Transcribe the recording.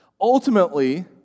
Ultimately